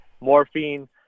morphine